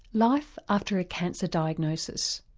life after a cancer diagnosis.